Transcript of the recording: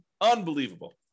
Unbelievable